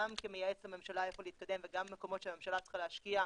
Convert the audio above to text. גם כמייעץ לממשלה איפה להתקדם וגם במקומות שהממשלה צריכה להשקיע,